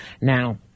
Now